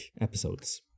episodes